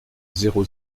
zéro